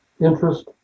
interest